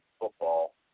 football